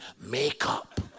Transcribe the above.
makeup